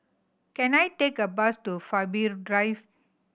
can I take a bus to Faber Drive